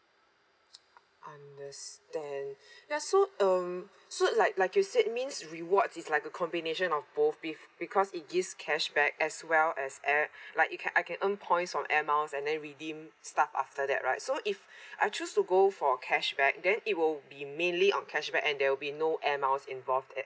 understand ya so um so like like you said means rewards it's like a combination of both because it gives cashback as well as air like you can I can earn points from air miles and then redeem stuff after that right so if I choose to go for cashback then it will be mainly on cashback and there will be no air miles involved at